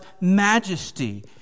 majesty